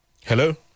hello